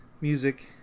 music